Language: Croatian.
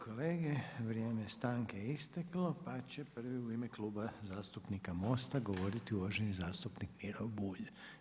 kolege, vrijem stanke je isteklo, pa će prvi u ime Kluba zastupnika MOST-a govoriti uvaženi zastupnik Miro Bulj.